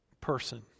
person